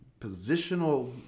positional